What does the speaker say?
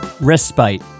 Respite